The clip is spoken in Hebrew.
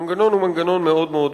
המנגנון הוא מנגנון מאוד פשוט.